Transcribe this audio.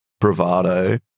Bravado